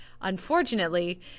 Unfortunately